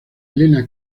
elena